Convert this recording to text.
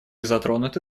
затронуты